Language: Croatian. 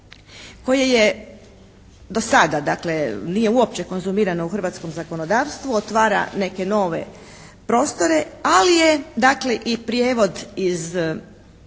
koje je do sada dakle, nije uopće konzumirano u hrvatskom zakonodavstvu, otvara neke nove prostore, ali je dakle i prijevod iz